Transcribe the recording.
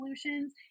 solutions